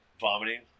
Vomiting